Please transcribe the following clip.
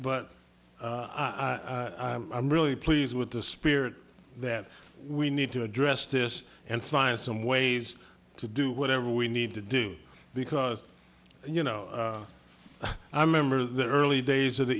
but i'm really pleased with the spirit that we need to address this and find some ways to do whatever we need to do because you know i remember the early days of the